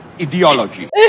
ideology